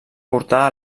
portar